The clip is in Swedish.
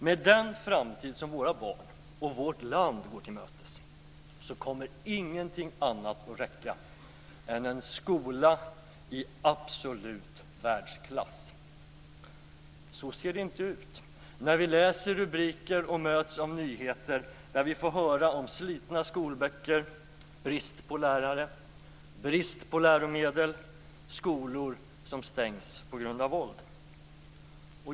Med den framtid som våra barn och vårt land går till mötes kommer ingenting annat att räcka än en skola i absolut världsklass. Så ser det inte ut. Vi läser rubriker och möts av nyheter, vi får höra om slitna skolböcker, brist på lärare, brist på läromedel och skolor som stängs på grund av våld.